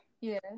Yes